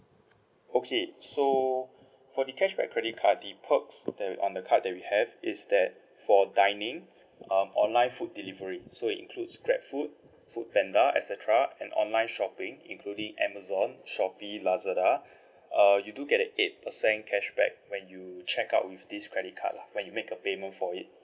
okay so for the cashback credit card the perks that wi~ on the card that we have is that for dining um online food delivery so it includes grabfood foodpanda etcetera and online shopping including amazon shopee lazada uh you do get a eight percent cashback when you check out with this credit card lah when you make a payment for it